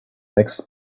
next